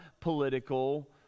political